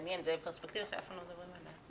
מעניין, זו פרספקטיבה שאף פעם לא מדברים עליה.